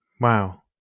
Wow